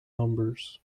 numbers